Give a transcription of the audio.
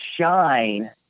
shine